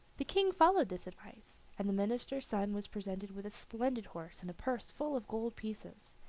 the king followed this advice, and the minister's son was presented with a splendid horse and a purse full of gold pieces,